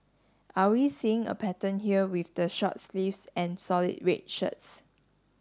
are we seeing a pattern here with the short sleeves and solid red shirts